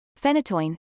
phenytoin